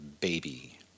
baby